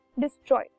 destroyed